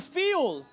feel